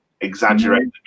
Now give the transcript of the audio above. exaggerate